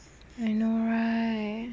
I know right